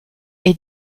est